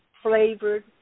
flavored